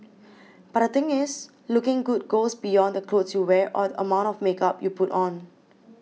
but the thing is looking good goes beyond the clothes you wear or the amount of makeup you put on